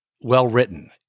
well-written